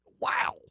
wow